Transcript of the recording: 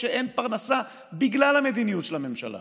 כשאין פרנסה בגלל המדיניות של הממשלה.